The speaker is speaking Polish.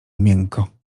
miękko